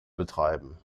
betreiben